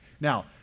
Now